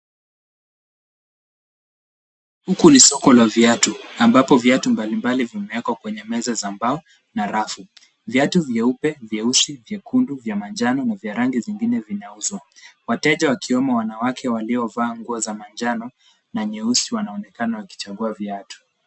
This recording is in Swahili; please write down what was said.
Huku ni soko la viatu, ambapo viatu mbalimbali vimewekwa kwenye meza za mbao na rafu. Viatu vyaeupe, vyeusi, vyekundu, vya manjano, na vya rangi zingine vinauzwa. Wateja wakiwemo wanawake walio vaa nguo za manjano na nyeusi wanaonekana wakichagua viatu.